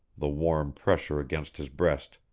the warm pressure against his breast,